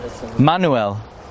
Manuel